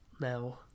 now